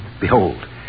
Behold